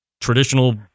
traditional